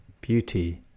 beauty